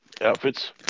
outfits